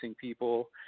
people